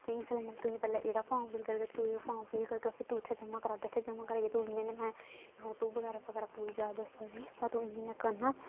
जे हिस्सा लैना ते तुसें गी पैह्ले एह्ड़ा फार्म फिल करगा तू एह् फार्म फिल करगा फिर तू उत्थै जमा करागा इत्थै जमा कराइयै तूं इ'यां इ'यां लायां फोटो बगैरा बगैरा पूरी जाच दस्सदा उस्सी भाई तू इ'यां इ'यां करना